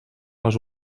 les